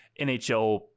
NHL